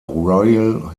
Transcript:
royal